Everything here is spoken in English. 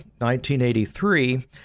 1983